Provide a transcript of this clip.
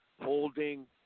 holding